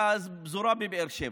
מהפזורה בבאר שבע.